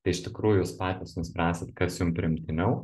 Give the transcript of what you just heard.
tai iš tikrųjų jūs patys nuspręsit kas jum priimtiniau